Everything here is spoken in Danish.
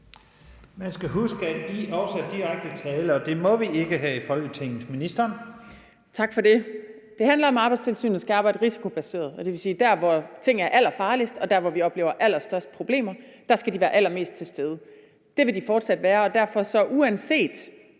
Ministeren. Kl. 15:20 Beskæftigelsesministeren (Ane Halsboe-Jørgensen): Tak for det. Det handler om, at Arbejdstilsynet skal arbejde risikobaseret. Det vil sige, at der, hvor ting er allerfarligst, og der, hvor vi oplever de allerstørste problemer, skal de være allermest til stede. Det vil de fortsat være, og derfor, uanset